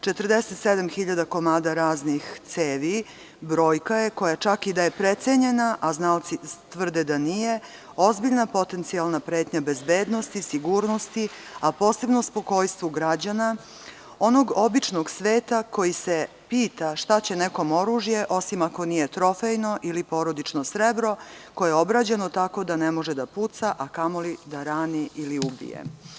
Naime, 47 hiljada komada raznih cevi brojka je koja čak i da je precenjena, a znalci tvrde da nije, jeste ozbiljna potencijalna pretnja bezbednosti, sigurnosti, a posebno spokojstvu građana, onog običnog sveta koji se pita šta će nekome oružje osim ako nije trofejno ili porodično srebro koje je obrađeno tako da ne može da puca, a kamoli da rani ili ubije.